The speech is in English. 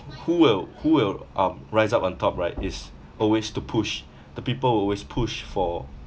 who will who will um rise up on top right is always to push the people will always push for